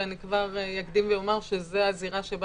ואני כבר אקדים ואומר שזאת הזירה שבה